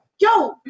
Yo